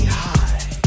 high